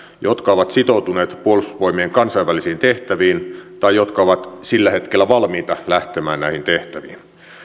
jotka ovat sitoutuneet puolustusvoimien kansainvälisiin tehtäviin tai jotka ovat sillä hetkellä valmiita lähtemään näihin tehtäviin